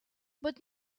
but